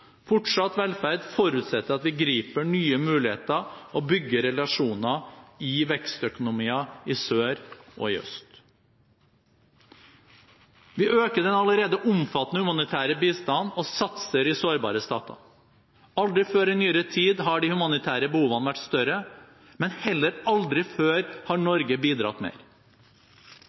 Fortsatt velferd forutsetter at vi griper nye muligheter og bygger relasjoner i vekstøkonomier i sør og i øst. Vi øker den allerede omfattende humanitære bistanden og satser i sårbare stater. Aldri før i nyere tid har de humanitære behovene vært større. Men heller aldri før har Norge bidratt mer.